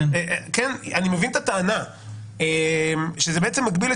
אני מבין את הטענה שזה בעצם מגביל את